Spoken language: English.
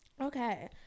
Okay